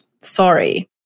Sorry